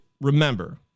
remember